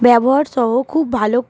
ব্যবহার সহ খুব ভালো